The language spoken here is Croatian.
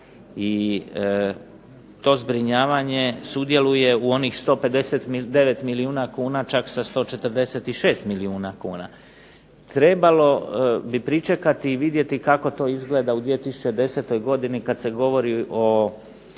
i to zbrinjavanje sudjeluje u onih 159 milijuna kuna, čak sa 146 milijuna kuna. Trebalo bi pričekati i vidjeti kako to izgleda u 2010. godini kad se govori o